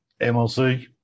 MLC